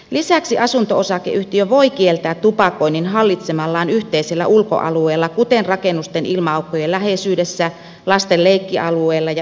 lisäksi asunto osakeyhtiö voi kieltää tupakoinnin hallitsemallaan yhteisellä ulkoalueella kuten rakennusten ilma aukkojen läheisyydessä lasten leikkialueella ja yhteisillä parvekkeilla